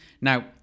Now